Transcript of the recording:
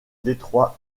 detroit